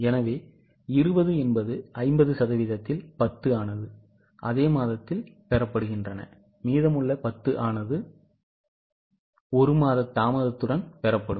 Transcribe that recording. எனவே 20 என்பது 50 சதவீதத்தில் 10 ஆனது அதே மாதத்தில் பெறப்படுகின்றன மீதமுள்ள 10 ஆனது ஒரு மாத தாமதத்துடன் பெறப்படும்